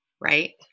right